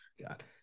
god